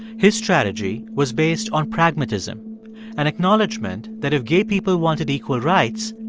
his strategy was based on pragmatism an acknowledgement that if gay people wanted equal rights,